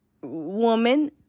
woman